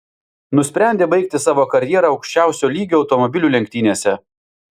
nusprendė baigti savo karjerą aukščiausio lygio automobilių lenktynėse